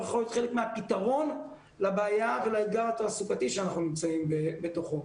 הוא יכול להיות חלק מהפתרון לבעיה ולאתגר התעסוקתי שאנחנו נמצאים בתוכו.